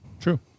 True